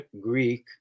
Greek